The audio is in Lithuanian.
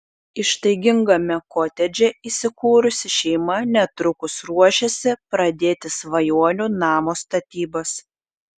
ištaigingame kotedže įsikūrusi šeima netrukus ruošiasi pradėti svajonių namo statybas